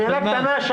איימן.